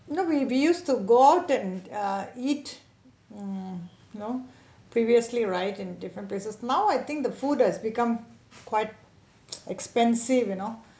you know we we used to go out and ah eat mm you know previously right in different places now I think the food has become quite expensive you know